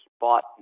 bought